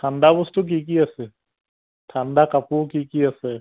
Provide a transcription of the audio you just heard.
ঠাণ্ডা বস্তু কি কি আছে ঠাণ্ডা কাপোৰ কি কি আছে